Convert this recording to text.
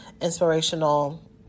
inspirational